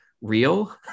real